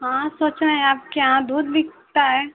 हाँ सोच रहे हैं आपके यहाँ दूध बिकता है